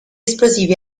esplosivi